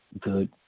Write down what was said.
good